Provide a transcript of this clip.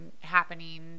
happening